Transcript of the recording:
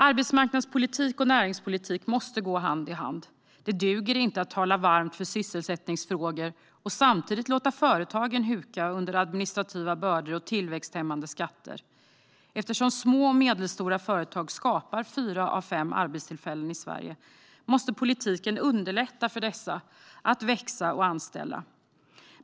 Arbetsmarknadspolitik och näringspolitik måste gå hand i hand. Det duger inte att tala sig varm för sysselsättningsfrågor och samtidigt låta företagen huka under administrativa bördor och tillväxthämmande skatter. Eftersom små och medelstora företag skapar fyra av fem arbetstillfällen i Sverige måste politiken underlätta för dessa att växa och anställa.